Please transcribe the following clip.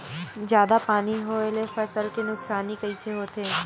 जादा पानी होए ले फसल के नुकसानी कइसे होथे?